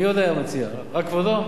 מי עוד היה מציע, רק כבודו?